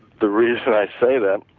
the reason i say that